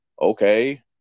okay